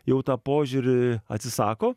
jau tą požiūrį atsisako